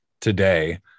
today